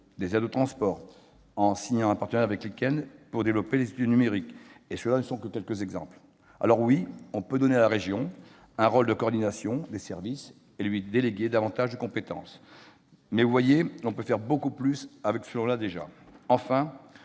des aides aux transports, ou encore en signant un partenariat avec Linkedln pour développer des outils numériques. Et ce ne sont là que quelques exemples. Alors, oui, on peut donner à la région un rôle de coordination des services et lui déléguer davantage de compétences, mais, vous le voyez, on peut faire beaucoup plus avec ce qui existe déjà. Enfin,